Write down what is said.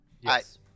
Yes